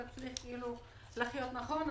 נכון,